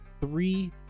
three